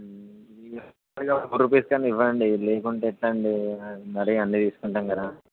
rupees కైనా ఇవ్వండి లేకుంటే ఎట్టండి మరి అన్నీ తీసుకుంటాం కదా